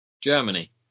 Germany